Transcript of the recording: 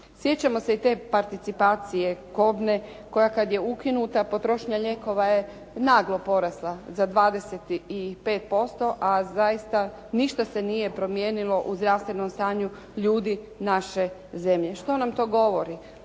Sjećamo se i te participacije kobne koja kad je ukinuta potrošnja lijekova je naglo porasla za 25%, a zaista ništa se nije promijenilo u zdravstvenom stanju ljudi naše zemlje. Što nam to govori?